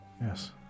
Yes